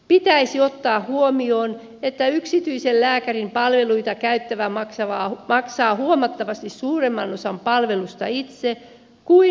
pitäisi ottaa huomioon että yksityisen lääkärin palveluita käyttävä maksaa huomattavasti suuremman osan palvelusta itse kuin julkispalveluita käyttävä